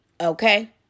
Okay